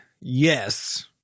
yes